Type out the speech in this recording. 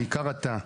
בעיקר אתה,